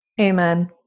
Amen